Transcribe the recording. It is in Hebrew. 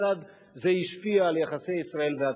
כיצד זה השפיע על יחסי ישראל והתפוצות.